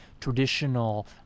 traditional